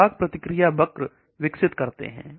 खुराक की प्रतिक्रिया वक्र विकसित करते हैं